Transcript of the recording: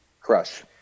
Crush